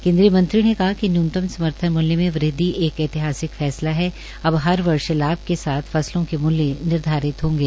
केन्द्रीय मंत्री ने कहा कि न्यूनत समर्थन मुल्य में वृदवि एक ऐतिहासिक फैसला है अब हर वर्ष लाभ के साथ फसलों के मूल्य निर्धारित होंगे